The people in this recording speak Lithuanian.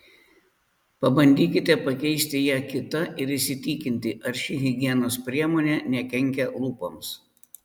pabandykite pakeisti ją kita ir įsitikinti ar ši higienos priemonė nekenkia lūpoms